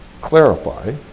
clarify